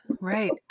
right